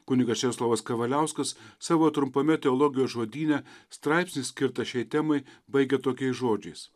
kunigas česlovas kavaliauskas savo trumpame teologijos žodyne straipsnį skirtą šiai temai baigia tokiais žodžis